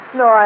no